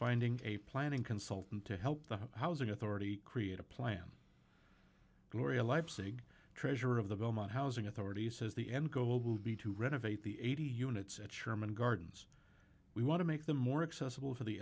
finding a planning consultant to help the housing authority create a plan gloria leipzig treasurer of the belmont housing authority says the end goal will be to renovate the eighty units at sherman gardens we want to make them more accessible for the